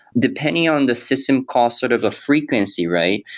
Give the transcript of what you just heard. depending on the system call sort of a frequency, right?